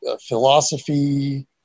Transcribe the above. philosophy